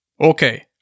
okay